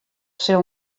sil